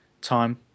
time